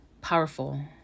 powerful